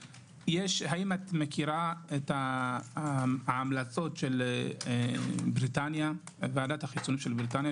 האם אתה מכירה את ההמלצות של ועדת החיסונים של בריטניה